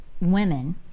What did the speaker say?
women